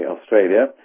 Australia